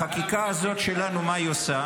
החקיקה הזאת שלנו, מה היא עושה?